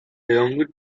younger